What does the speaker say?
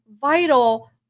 vital